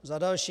Za další.